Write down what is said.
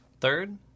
Third